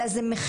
אלא זה מחיקה.